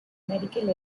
medical